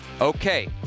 okay